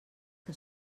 que